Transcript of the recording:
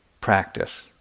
practice